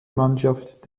mannschaft